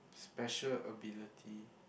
special ability